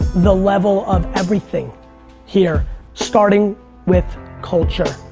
the level of everything here starting with culture,